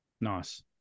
Nice